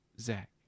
Zach